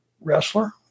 wrestler